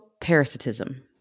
parasitism